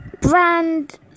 brand